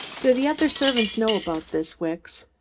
do the other servants know about this, wicks?